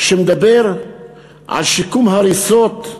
שמדבר על שיקום הריסות,